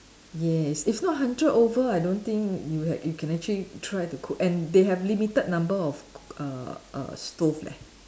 yes if not hundred over I don't think you ha~ you can actually try to cook and they have limited number of cook err err stove leh